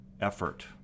effort